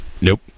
Nope